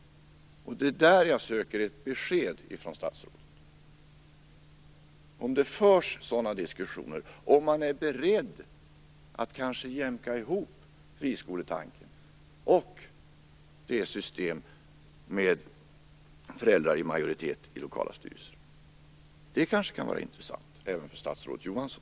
Där söker jag ett besked från statsrådet om det förs sådana diskussioner, om man är beredd att kanske jämka ihop friskoletanken och ett system med föräldrar i majoritet i lokala styrelser. Det kanske kan vara intressant även för statsrådet Johansson.